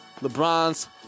LeBron's